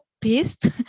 pissed